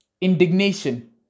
Indignation